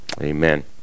Amen